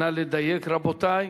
נא לדייק, רבותי.